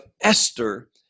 Esther